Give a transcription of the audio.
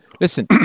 listen